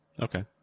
Okay